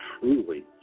truly